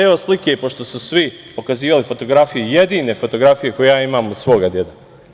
Evo slike, pošto su svi pokazivali fotografije, jedine fotografije koju ja imam od svoga dede.